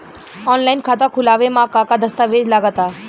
Online खाता खूलावे म का का दस्तावेज लगा ता?